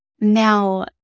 now